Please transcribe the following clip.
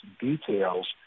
details